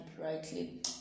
brightly